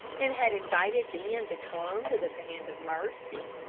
and had invited them to come to the band of mercy.